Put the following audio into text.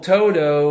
Toto